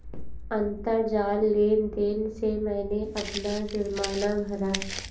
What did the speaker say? अंतरजाल लेन देन से मैंने अपना जुर्माना भरा